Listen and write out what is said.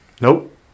Nope